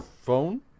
phone